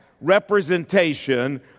representation